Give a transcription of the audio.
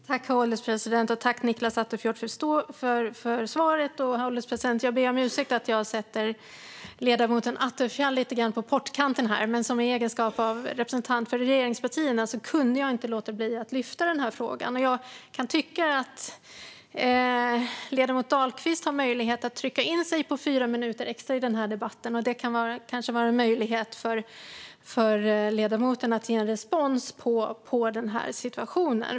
Herr ålderspresident! Tack, Nicklas Attefjord, för svaret! Jag ber om ursäkt för att jag sätter ledamoten Attefjord lite grann på pottkanten här, men eftersom han är här i egenskap av representant för regeringspartierna kunde jag inte låta bli att lyfta den här frågan. Ledamoten Dahlqvist har möjlighet att trycka in sig på fyra minuter extra i den här debatten, och det kan kanske vara en möjlighet för ledamoten att ge respons på den här situationen.